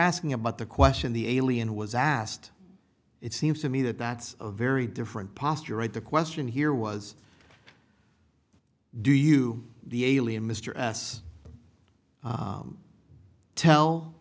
asking about the question the alien was asked it seems to me that that's a very different posture right the question here was do you the alien mr s tell